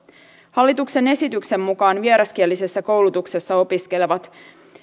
hallituksen esityksen mukaan vieraskielisessä koulutuksessa opiskelevat